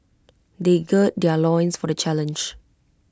they gird their loins for the challenge